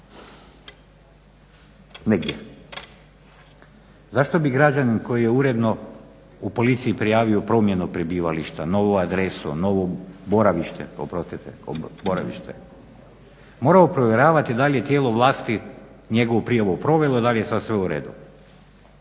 negdje. Zašto bi građanin koji je uredno u policiji prijavio promjenu prebivališta, novo boravište morao provjeravati da li je tijelo vlasti njegovu prijavu provelo i da li je sada sve uredu?